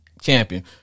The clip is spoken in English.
champion